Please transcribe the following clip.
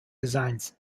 designs